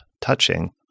Touching